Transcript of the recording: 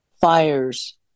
fires